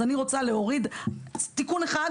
אז אני רוצה תיקון אחד,